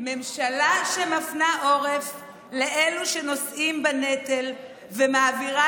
ממשלה שמפנה עורף לאלו שנושאים בנטל ומעבירה